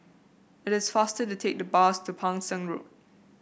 it is faster to take the bus to Pang Seng Road